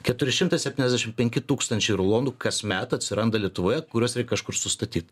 keturi šimtai septyniasdešimt penki tūkstančiai rulonų kasmet atsiranda lietuvoje kuriuos reik kažkur sustatyt